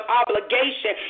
obligation